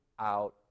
out